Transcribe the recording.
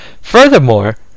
Furthermore